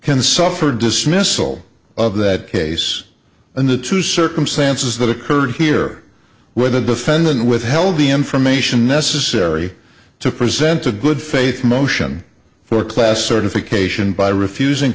can suffer dismissal of that case and the two circumstances that occurred here where the defendant withheld the information necessary to present a good faith motion for class certification by refusing